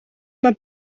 mae